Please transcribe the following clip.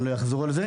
אני לא אחזור על זה.